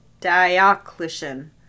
Diocletian